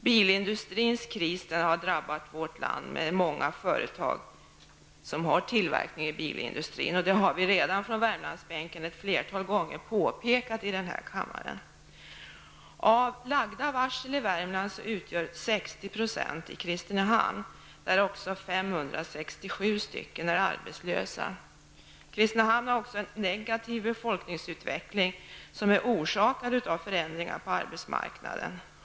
Bilindustrins kris har i vårt län drabbat många företag med tillverkning i bilindustrin. Vi från Värmlandsbänken har redan påpekat detta vid ett flertal tillfällen i denna kammare. Kristinehamn har också en negativ befolkningsutveckling orsakad av förändringar på arbetsmarknaden.